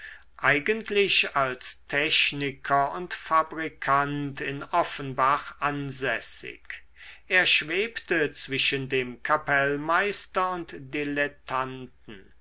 eigentlich als techniker und fabrikant in offenbach ansässig er schwebte zwischen dem kapellmeister und dilettanten